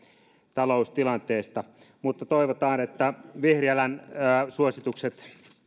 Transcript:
taloustilanteesta mutta toivotaan että vihriälän suositukset